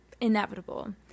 inevitable